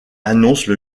annonce